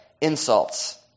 insults